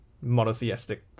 monotheistic